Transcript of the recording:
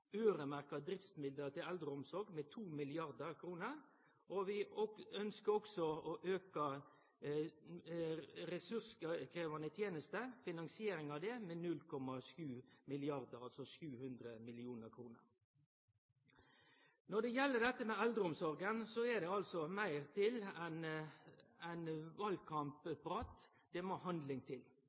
auke driftsmidlane til eldreomsorg med 2 mrd. kr og øyremerkje dei, og vi ønskjer også å auke finansieringa av ressurskrevjande tenester med 0,7 mrd. kr, altså 700 mill. kr. Når det gjeld eldreomsorga, må det meir til enn valkampprat. Det må handling til.